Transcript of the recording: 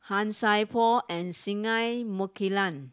Han Sai Por and Singai Mukilan